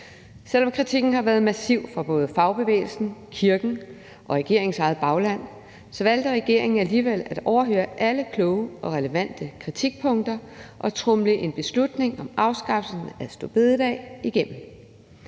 Selv om kritikken har været massiv fra både fagbevægelsen, kirken og regeringens eget bagland, valgte regeringen alligevel at overhøre alle kloge og relevante kritikpunkter og tromle en beslutning om afskaffelse af store bededag igennem.